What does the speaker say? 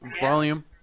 volume